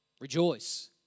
Rejoice